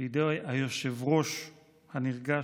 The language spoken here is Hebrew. לידי היושב-ראש הנרגש,